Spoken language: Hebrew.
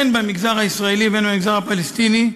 הן במגזר הישראלי והן במגזר הפלסטיני.